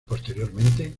posteriormente